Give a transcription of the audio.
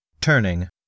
Turning